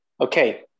Okay